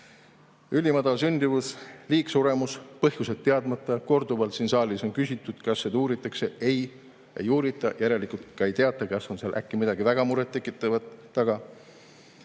Ülimadal sündimus, liigsuremus, põhjused teadmata. Korduvalt siin saalis on küsitud, kas seda uuritakse – ei, ei uurita. Järelikult ka ei teata, kas seal on äkki midagi väga muret tekitavat taga.